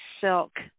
silk